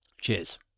cheers